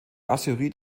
asteroid